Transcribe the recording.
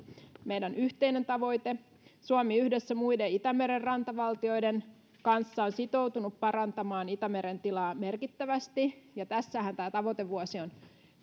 meidän yhteinen tavoitteemme suomi yhdessä muiden itämeren rantavaltioiden kanssa on sitoutunut parantamaan itämeren tilaa merkittävästi ja tässähän tavoitevuosi on